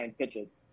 pitches